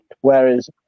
Whereas